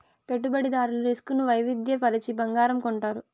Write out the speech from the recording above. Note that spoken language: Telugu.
పెట్టుబడిదారులు రిస్క్ ను వైవిధ్య పరచి బంగారం కొంటారు